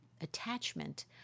attachment